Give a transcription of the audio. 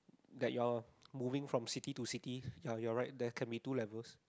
that you are moving from city to city ya you are right there can be two levels